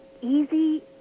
easy